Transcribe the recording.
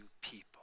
people